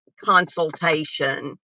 consultation